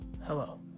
Hello